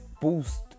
boost